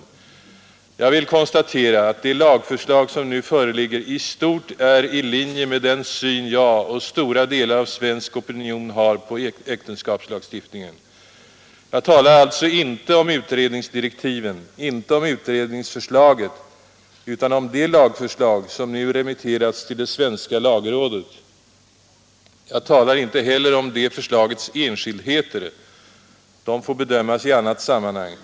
Jag vill konstatera att det lagförslag som nu föreligger i stort är i linje med den syn jag och stora delar av svensk opinion har på äktenskapslagstiftningen. Jag talar alltså inte om utredningsdirektiven, inte om utredningsförslaget utan om det lagförslag som nu remitterats till det svenska lagrådet. Jag talar inte heller om det förslagets enskildheter, de får bedömas i annat sammanhang.